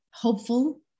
hopeful